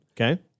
okay